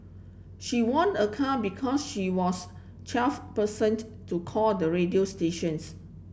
she won a car because she was twelve percent to call the radio stations